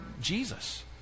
Jesus